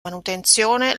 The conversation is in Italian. manutenzione